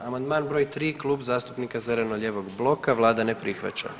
Amandman br. 3 Kluba zastupnika zeleno-lijevog bloka, Vlada ne prihvaća.